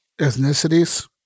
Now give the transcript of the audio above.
Ethnicities